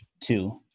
two